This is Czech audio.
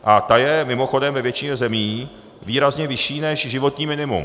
A ta je mimochodem ve většině zemí výrazně vyšší než životní minimum.